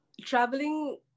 traveling